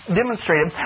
demonstrated